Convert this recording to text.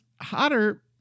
hotter